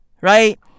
right